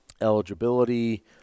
eligibility